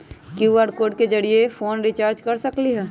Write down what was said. QR code के जरिय phone recharge कर सकली ह?